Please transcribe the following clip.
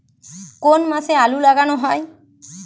কোন মাসে আলু লাগানো হয়?